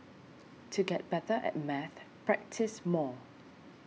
to get better at maths practise more